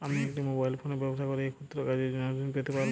আমি একটি মোবাইল ফোনে ব্যবসা করি এই ক্ষুদ্র কাজের জন্য ঋণ পেতে পারব?